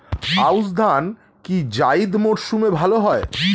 আউশ ধান কি জায়িদ মরসুমে ভালো হয়?